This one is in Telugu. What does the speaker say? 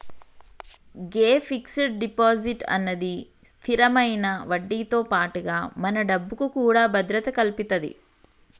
గే ఫిక్స్ డిపాజిట్ అన్నది స్థిరమైన వడ్డీతో పాటుగా మన డబ్బుకు కూడా భద్రత కల్పితది